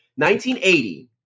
1980